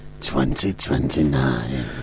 2029